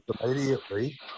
immediately